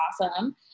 awesome